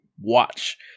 watch